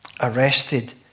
Arrested